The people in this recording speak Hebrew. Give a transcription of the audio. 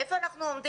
איפה אנחנו עומדים?